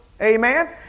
Amen